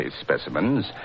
specimens